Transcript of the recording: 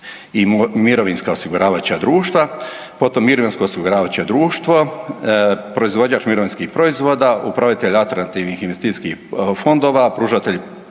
i mirovinska osiguravajuća društva, potom mirovinsko osiguravajuće društvo, proizvođač mirovinskih proizvoda, upravitelj atraktivnih investicijskih fondova,